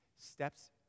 steps